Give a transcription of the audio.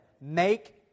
Make